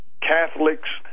Catholics